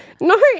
No